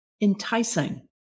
enticing